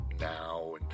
now